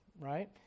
right